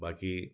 बाकी